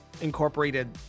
incorporated